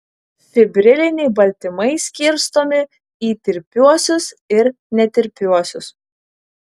fibriliniai baltymai skirstomi į tirpiuosius ir netirpiuosius